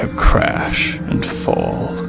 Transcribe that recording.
ah crash and fall.